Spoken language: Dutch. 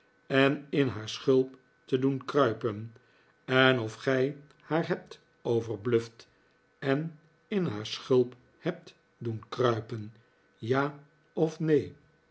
en in haar schulp te doen kruipen en of gij haar hebt overbluft en in haar schulp hebt doen kruipen ja of neen